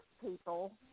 people